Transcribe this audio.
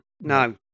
No